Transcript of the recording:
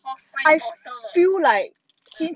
horse sized otter ah